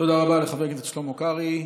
תודה לחבר הכנסת שלמה קרעי.